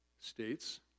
states